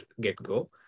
get-go